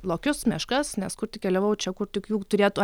lokius meškas nes kur tik keliavau čia kur tik jų turėtų